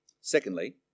Secondly